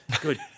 Good